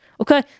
Okay